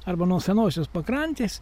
arba nuo senosios pakrantės